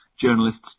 journalists